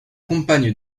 compagne